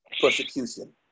persecution